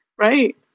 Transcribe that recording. Right